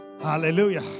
Hallelujah